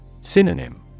Synonym